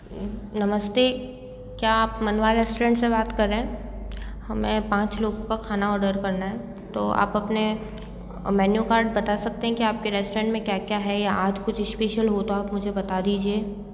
नमस्ते क्या आप मनवा रेस्ट्रोरेंन से बात कर रहे हैं हमें पाँच लोगों का खाना ऑर्डर करना है तो आप अपने मेनू कार्ड बता सकते हैं कि आपके रेस्टोरेंट में क्या क्या है या आज कुछ स्पेशल है तो आप मुझे बता दीजिए